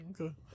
okay